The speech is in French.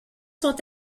sont